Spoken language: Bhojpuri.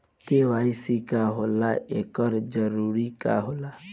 के.वाइ.सी का होला एकर जरूरत का होला?